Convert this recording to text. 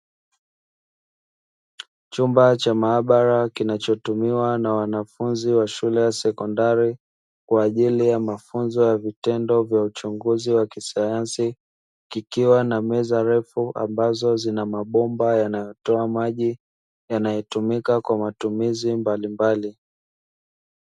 Chumba cha maabara kinachotumiwa na wanafunzi wa shule ya sekondari kwa ajili ya mafunzo ya vitendo vya uchunguzi wa kisayansi, kikiwa na meza refu ambazo zina mabomba yanayotoa maji yanayotumika kwa matumizi mbalimbali.